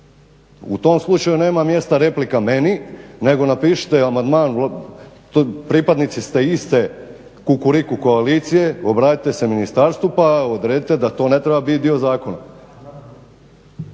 U tom slučaju nema mjesta replika meni, nego napišite amandman, pripadnici ste iste Kukuriku koalicije, obratite se ministarstvu pa odredite da to ne treba biti dio zakona.